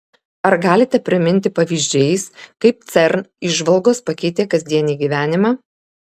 ar galite priminti pavyzdžiais kaip cern įžvalgos pakeitė kasdienį gyvenimą